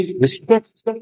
respect